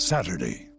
Saturday